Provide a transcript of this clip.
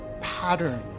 pattern